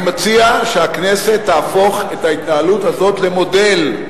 אני מציע שהכנסת תהפוך את ההתנהלות הזאת למודל,